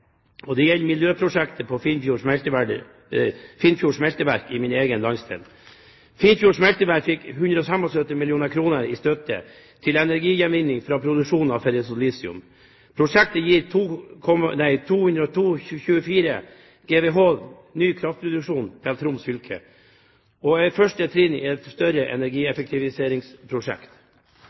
og det gjelder miljøprosjektet ved Finnfjord smelteverk i min egen landsdel. Finnfjord smelteverk fikk 175 mill. kr i støtte til energigjenvinning fra produksjonen av ferrosilisium. Prosjektet gir 224 GWh i ny kraftproduksjon til Troms fylke og er første trinn i et større energieffektiviseringsprosjekt.